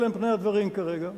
אלה פני הדברים כרגע.